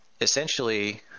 essentially